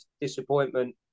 disappointment